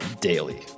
daily